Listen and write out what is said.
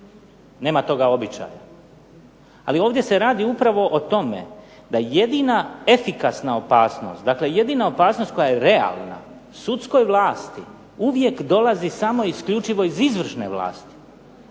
nema toga običaja. Ali ovdje se radi upravo o tome da jedina efikasna opasnost, jedina opasnost koja je realna sudskoj vlasti uvijek dolazi samo isključivo iz izvršne vlasti,